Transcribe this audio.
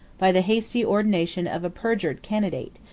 by the hasty ordination of a perjured candidate,